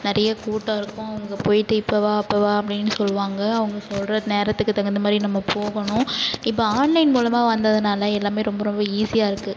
நெறைய கூட்டம் இருக்கும் அங்கே போயிட்டு இப்போ வா அப்போ வா அப்படீனு சொல்வாங்க அவங்க சொல்லுற நேரத்துக்குத் தகுந்த மாரி நம்ம போகணும் இப்போ ஆன்லைன் மூலமாக வந்ததுனால எல்லாமே ரொம்ப ரொம்ப ஈசியாக இருக்கு